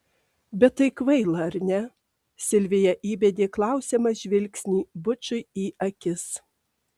bet tai kvaila ar ne silvija įbedė klausiamą žvilgsnį bučui į akis